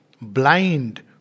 blind